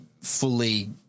fully